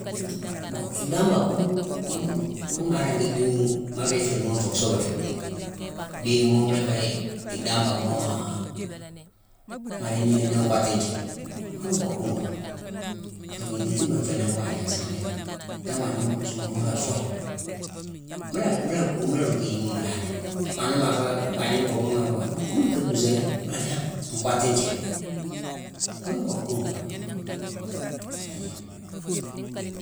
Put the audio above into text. Mbon yack dhamback kune-kune ghune maa ringi dhii-maa ringi féérine ghune fuu suuwu dé. Dhiiki mo mu la féé yack dhamback mo maa ma di miine nii nkottu nthié. Ghune ngo kuugé. Purké gnoju tiibade nféé nangh waagna ak saane lacki. Ni waagna nkuusumo mu faa afoye, mu la-mu la-ku-mu la rootu yéma mu lan nini. Maa ni ma féé waagne ngo buumo foye, mu dicka dhuusani. Mu la di han nkottu nthié. Ghune ngo gunga, hum.